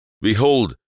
Behold